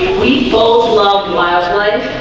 we both love wildlife